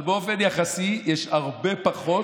אבל באופן יחסי יש הרבה פחות,